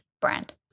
brand